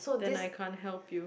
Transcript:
then I can't help you